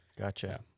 Gotcha